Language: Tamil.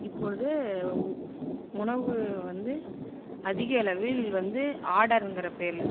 இப்பொழுது உணவு வந்து அதிகளவில் வந்து ஆர்டர்ங்கிற பேரில்